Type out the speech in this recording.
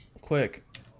Quick